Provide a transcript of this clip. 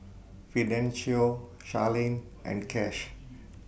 Fidencio Charline and Cash